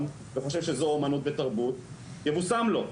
ואני חושב שזו אומנות ותרבות יבושם לו,